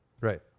right